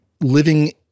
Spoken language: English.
living